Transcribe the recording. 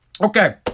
Okay